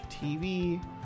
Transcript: TV